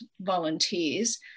volunteers